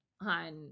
on